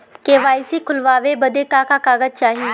KYC खोलवावे बदे का का कागज चाही?